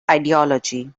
ideology